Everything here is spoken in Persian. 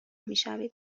میشوید